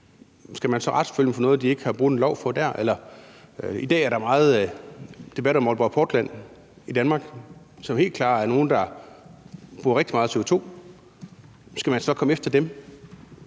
skal retsforfølge firmaet for noget, hvor de ikke har overtrådt en lov dér? I dag er der meget debat om Aalborg Portland i Danmark, som helt klart er et firma, der udleder rigtig meget CO2. Skal man så komme efter